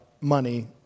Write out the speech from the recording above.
money